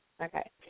Okay